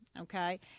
Okay